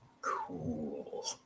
Cool